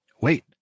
Wait